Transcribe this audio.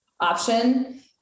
option